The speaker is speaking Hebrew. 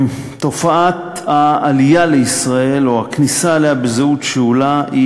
תופעת העלייה לישראל או הכניסה אליה בזהות שאולה,